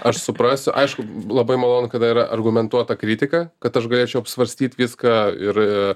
aš suprasiu aišku labai malonu kada yra argumentuota kritika kad aš galėčiau apsvarstyt viską ir